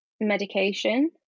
medication